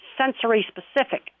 sensory-specific